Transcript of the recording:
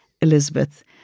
Elizabeth